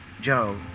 Joe